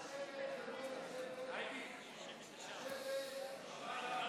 משק המדינה (תיקון מס' 10 והוראת שעה לשנת 2020)